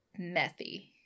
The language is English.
methy